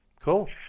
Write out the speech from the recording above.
Cool